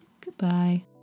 Goodbye